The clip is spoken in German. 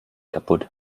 kaputt